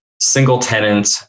single-tenant